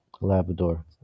Labrador